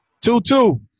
Two-two